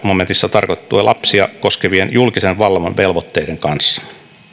momentissa tarkoitettujen lapsia koskevien julkisen vallan velvoitteiden kanssa